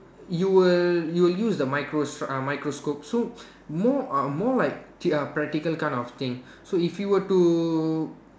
you will you will use the microsc~ uh microscope so more uh more like practical kind of thing so if you were to